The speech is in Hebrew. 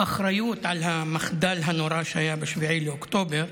אחריות על המחדל הנורא שהיה ב-7 באוקטובר,